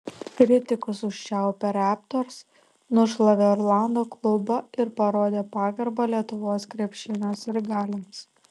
kritikus užčiaupę raptors nušlavė orlando klubą ir parodė pagarbą lietuvos krepšinio sirgaliams